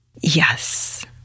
Yes